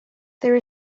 there